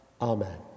Amen